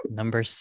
number